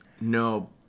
No